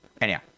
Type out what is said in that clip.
Anyhow